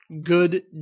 Good